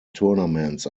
tournaments